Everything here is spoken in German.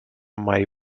may